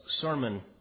sermon